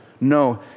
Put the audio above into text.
No